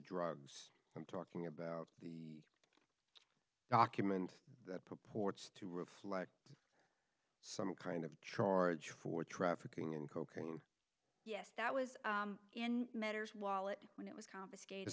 drugs i'm talking about the document that purports to reflect some kind of charge for trafficking in cocaine yes that was in matters wallet when it was